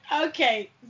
okay